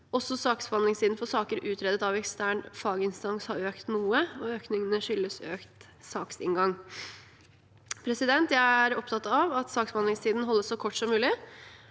saksbehandlingstiden for saker utredet av ekstern faginstans har økt noe. Økningen skyldes økt saksinngang. Jeg er opptatt av at saksbehandlingstiden holdes så kort som mulig,